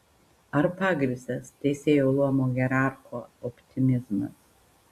ar pagrįstas teisėjų luomo hierarcho optimizmas